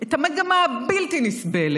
את המגמה הבלתי-נסבלת